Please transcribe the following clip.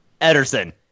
Ederson